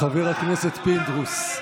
חבר הכנסת פינדרוס,